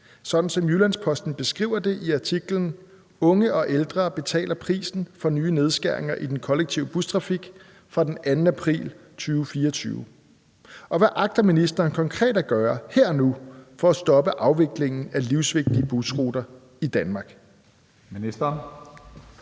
som Jyllands-Posten beskriver det i artiklen »Unge og ældre betaler prisen for nye nedskæringer i den kollektive bustrafik« fra den 2. april 2024, og hvad agter ministeren konkret at gøre her og nu for at stoppe afviklingen af livsvigtige busruter i Danmark?